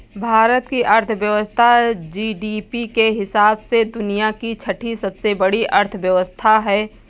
भारत की अर्थव्यवस्था जी.डी.पी के हिसाब से दुनिया की छठी सबसे बड़ी अर्थव्यवस्था है